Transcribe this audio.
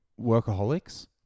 workaholics